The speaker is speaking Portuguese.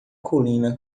colina